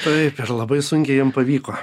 taip ir labai sunkiai jam pavyko